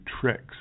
tricks